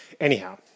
anyhow